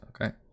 Okay